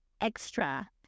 extra